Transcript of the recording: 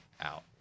out